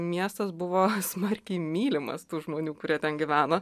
miestas buvo smarkiai mylimas tų žmonių kurie ten gyveno